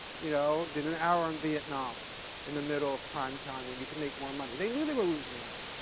you know did an hour on vietnam in the middle of primetime when you can make more money, they knew they were losing money.